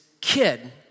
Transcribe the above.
kid